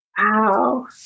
Wow